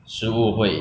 k so like